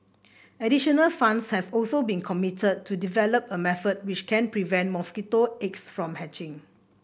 additional funds have also been committed to develop a method which can prevent mosquito eggs from hatching